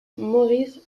maurice